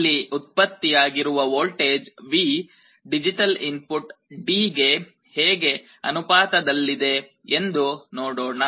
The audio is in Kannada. ಇಲ್ಲಿ ಉತ್ಪತ್ತಿಯಾಗಿರುವ voltage V digital input D ಗೆ ಹೇಗೆ ಅನುಪಾತದಲ್ಲಿದೆ ಎಂದು ನೋಡೋಣ